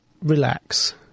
Relax